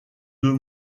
deux